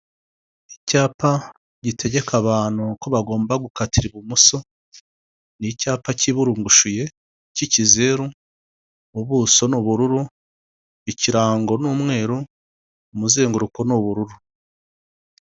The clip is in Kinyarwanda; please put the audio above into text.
Icyapa gitegeka abantu ko bagomba gukatira ibumoso n'icyapa cy'iburungushuye cy'ikizeru, ubuso ni ubururu, mu maso ni ubururu, ikirango ni umweru. Umuzenguruko ni ubururu.